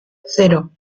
cero